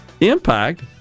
impact